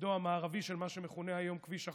בצידו המערבי של מה שמכונה היום כביש החוף.